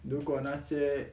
如果那些